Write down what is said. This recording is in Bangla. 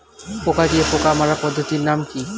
পোকা দিয়ে পোকা মারার পদ্ধতির নাম কি?